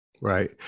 Right